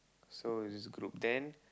so this group then